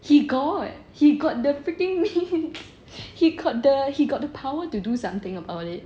he got he got the freaking means he got the he got the power to do something about it